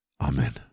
Amen